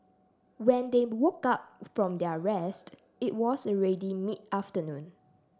when they woke up from their rest it was already mid afternoon